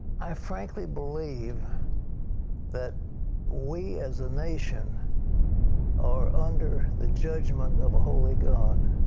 i frankly believe that we as a nation are under the judgment of a holy god.